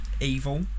evil